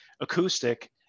acoustic